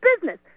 business